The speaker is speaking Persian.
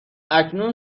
اکنون